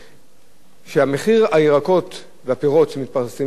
שמחירי הירקות והפירות שמתפרסמים בחנות,